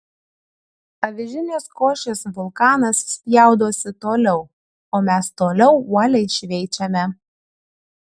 avižinės košės vulkanas spjaudosi toliau o mes toliau uoliai šveičiame